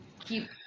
keep